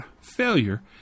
failure